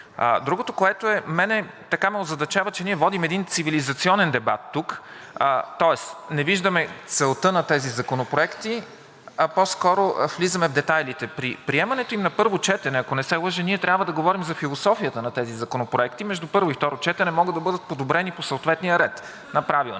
Другото, което мен ме озадачава, е, че ние водим един цивилизационен дебат тук. Тоест не виждаме целта на тези законопроекти, а по-скоро влизаме в детайлите. При приемането им на първо четене, ако не се лъжа, ние трябва да говорим за философията на тези законопроекти. Между първо и второ четене могат да бъдат подобрени по съответния ред на Правилника,